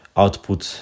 output